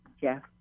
Jeff